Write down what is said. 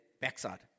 backside